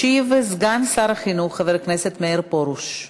ישיב סגן שר החינוך חבר הכנסת מאיר פרוש.